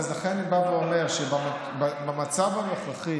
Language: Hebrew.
לכן אני בא ואומר שבמצב הנוכחי